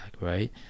right